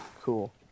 cool